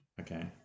Okay